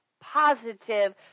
positive